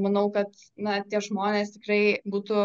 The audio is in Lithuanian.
manau kad na tie žmonės tikrai būtų